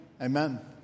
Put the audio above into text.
Amen